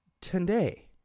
today